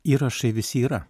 įrašai visi yra